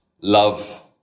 love